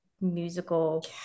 musical